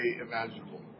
imaginable